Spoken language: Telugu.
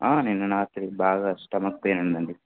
నిన్న రాత్రి బాగా స్టమక్ పెయిన్ ఉందండి